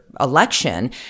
election